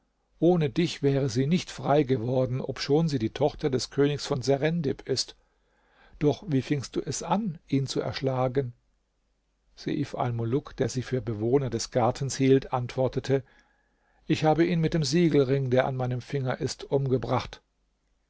ohne dich wäre sie nicht frei geworden obschon sie die tochter des königs von serendib ist doch wie fingst du es an ihn zu erschlagen seif almuluk der sie für bewohner des gartens hielt antwortete ich habe ihn mit dem siegelring der an meinem finger ist umgebracht